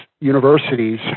universities